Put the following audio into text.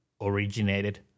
originated